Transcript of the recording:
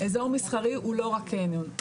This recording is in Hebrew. איזור מסחרי הוא לא רק קניון.